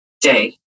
day